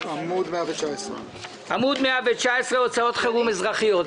עמ' 119. עמ' 199 הוצאות חירום אזרחיות.